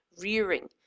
rearing